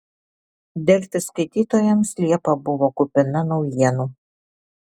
delfi skaitytojams liepa buvo kupina naujienų